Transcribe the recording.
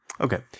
Okay